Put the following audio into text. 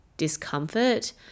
discomfort